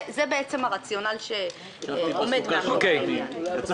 זה בעצם הרציונל שעומד מאחורי העניין.